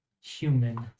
human